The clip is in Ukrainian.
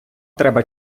треба